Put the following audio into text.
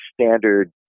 standard